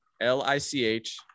l-i-c-h